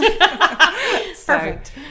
Perfect